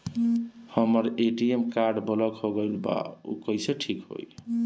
हमर ATM card block हो गईल बा ऊ कईसे ठिक होई?